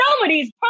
nobody's